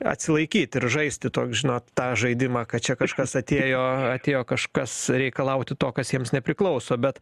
atsilaikyt ir žaisti toks žinot tą žaidimą kad čia kažkas atėjo atėjo kažkas reikalauti to kas jiems nepriklauso bet